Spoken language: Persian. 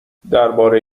درباره